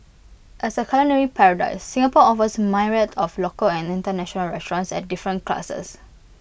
as A culinary paradise Singapore offers myriad of local and International restaurants at different classes